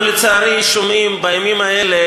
אנחנו, לצערי, שומעים בימים האלה